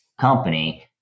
company